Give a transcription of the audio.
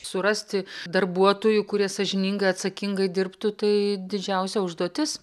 surasti darbuotojų kurie sąžiningai atsakingai dirbtų tai didžiausia užduotis